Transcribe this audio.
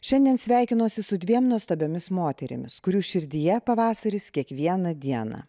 šiandien sveikinuosi su dviem nuostabiomis moterimis kurių širdyje pavasaris kiekvieną dieną